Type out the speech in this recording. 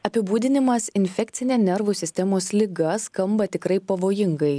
apibūdinimas infekcinė nervų sistemos liga skamba tikrai pavojingai